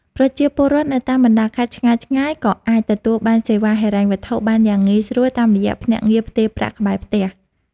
ប្រជាពលរដ្ឋនៅតាមបណ្តាខេត្តឆ្ងាយៗក៏អាចទទួលបានសេវាហិរញ្ញវត្ថុបានយ៉ាងងាយស្រួលតាមរយៈភ្នាក់ងារផ្ទេរប្រាក់ក្បែរផ្ទះ។